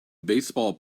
baseball